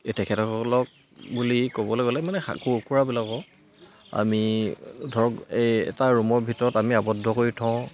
এই তেখেতসকলক বুলি ক'বলৈ গ'লে মানে কুকুৰাবিলাকক আমি ধৰক এই এটা ৰুমৰ ভিতৰত আমি আবদ্ধ কৰি থওঁ